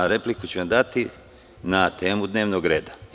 Repliku ću vam dati na temu dnevnog reda.